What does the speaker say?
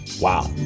Wow